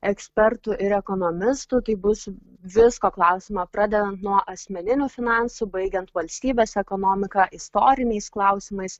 ekspertų ir ekonomistų tai bus visko klausiama pradedant nuo asmeninių finansų baigiant valstybės ekonomika istoriniais klausimais